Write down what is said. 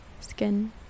skin